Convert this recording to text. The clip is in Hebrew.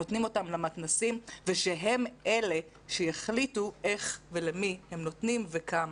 נותנים למתנ"סים ושהם אלה שיחליטו איך ולמי הם נותנים וכמה,